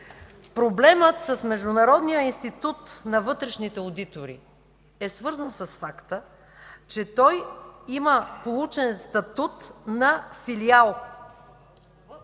Проблемът с Международния институт на вътрешните одитори е свързан с факта, че той има получен статут на филиал.